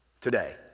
today